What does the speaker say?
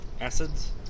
acids